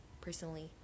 personally